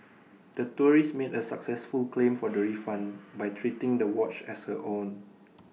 the tourist made A successful claim for the refund by treating the watch as her own